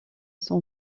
son